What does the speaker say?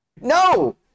No